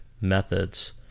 methods